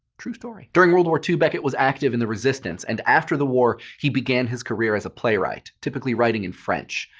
true story. during world war two, beckett was active in the resistance. and after the war, he began his career as a playwright, typically writing in french.